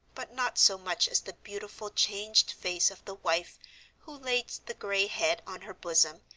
but not so much as the beautiful changed face of the wife who laid the gray head on her bosom,